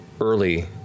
early